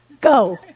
go